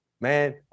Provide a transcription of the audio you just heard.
Man